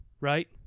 right